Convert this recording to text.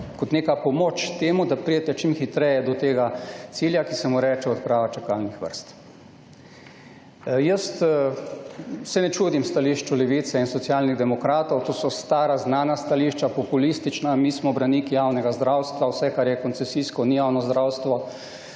kot neka pomoč temu, da pridete čim hitreje do tega cilja, ki se mu reče odprava čakalnih vrst. Jaz se ne čudim stališču Levice in Socialnih demokratov, to so stara, znana stališča, populistična, »mi smo braniki javnega zdravstva, vse, kar je koncesijsko, ni javno zdravstvo…